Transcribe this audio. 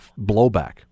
blowback